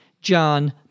John